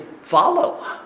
follow